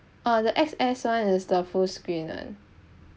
uh the x s [one] is the full screen [one]